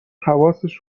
حواسش